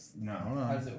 No